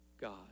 God